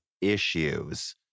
issues